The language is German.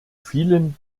vielen